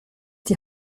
die